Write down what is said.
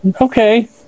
Okay